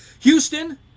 Houston